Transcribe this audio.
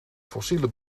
fossiele